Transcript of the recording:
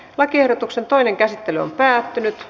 lakiehdotuksen toinen käsittely päättyi